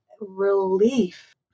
relief